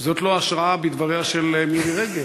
זו השערה אופוזיציונית, חבר הכנסת טיבי.